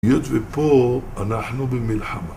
היות ופה אנחנו במלחמה